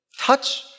touch